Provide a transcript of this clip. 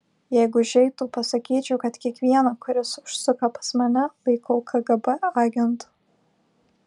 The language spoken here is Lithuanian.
jeigu užeitų pasakyčiau kad kiekvieną kuris užsuka pas mane laikau kgb agentu